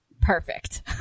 Perfect